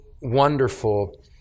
wonderful